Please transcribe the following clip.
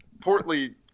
portly